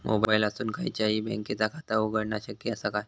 मोबाईलातसून खयच्याई बँकेचा खाता उघडणा शक्य असा काय?